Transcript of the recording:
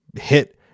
hit